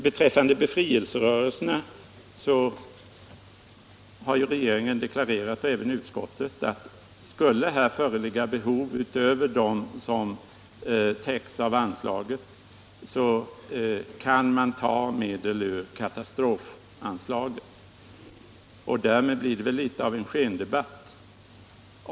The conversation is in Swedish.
Beträffande befrielserörelserna har regeringen deklarerat — och även utskottet — att skulle här föreligga behov utöver dem som täcks av anslaget kan man ta medel ur katastrofanslaget. Därmed är det väl klart att herr Hellström för en skendebatt.